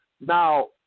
Now